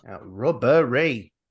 Rubbery